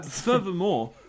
Furthermore